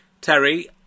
Terry